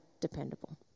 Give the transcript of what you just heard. dependable